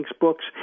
books